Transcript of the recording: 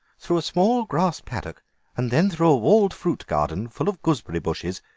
through a small grass paddock and then through a walled fruit garden full of gooseberry bushes.